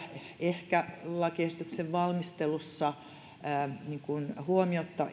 ehkä lakiesityksen valmistelussa huomiotta